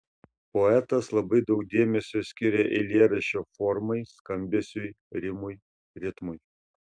poetas labai daug dėmesio skiria eilėraščio formai skambesiui rimui ritmui